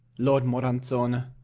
lord moranzone,